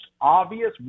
obvious